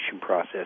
process